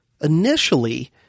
Initially